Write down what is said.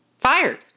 fired